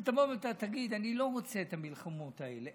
אתה תבוא ואתה תגיד: אני לא רוצה את המלחמות האלה,